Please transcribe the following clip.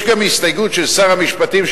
יש גם הסתייגות של שר המשפטים,